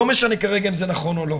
לא משנה כרגע אם זה נכון או לא,